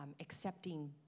accepting